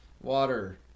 water